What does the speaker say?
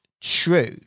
true